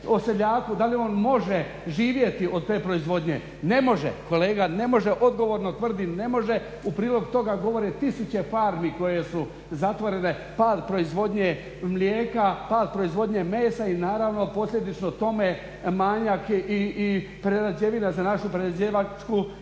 seljaku da li on može živjeti od te proizvodnje. Ne može. Kolega ne može, odgovorno tvrdim ne može. U prilog toga govore tisuće farmi koje su zatvorene. Pad proizvodnje mlijeka, pad proizvodnje mesa i naravno posljedično tome i manjak prerađevina za našu prerađivačku